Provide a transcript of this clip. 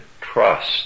trust